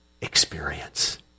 experience